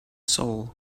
soul